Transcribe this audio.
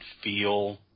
feel